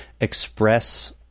express